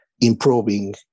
improving